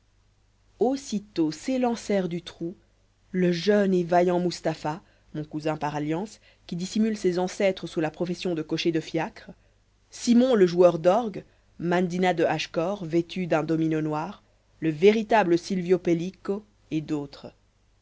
aussitôt s'élancèrent du trou le jeune et vaillant mustapha mon cousin par alliance qui dissimule ses ancêtres sous la profession de cocher de fiacre simon le joueur d'orgues mandina de hachecor vêtue d'un domino noir le véritable silvio pellico et d'autres